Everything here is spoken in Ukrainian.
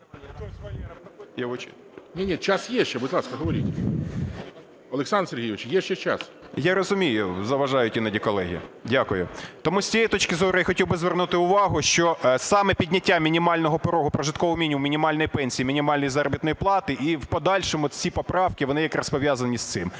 Я розумію. Заважають іноді колеги. Дякую. Тому з цієї точки зору я хотів би звернути увагу, що саме підняття мінімального порогу прожиткового мінімуму, мінімальної пенсії, мінімальної заробітної плати і в подальшому ці поправки, вони якраз пов'язані з цим.